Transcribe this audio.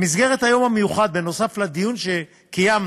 במסגרת היום המיוחד, בנוסף לדיון שקיימנו,